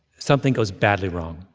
something goes badly wrong,